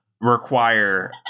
require